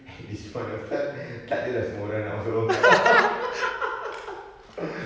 at this point of time tak ada lah semua orang nak masuk longkang